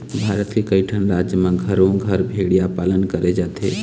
भारत के कइठन राज म घरो घर भेड़िया पालन करे जाथे